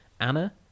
Anna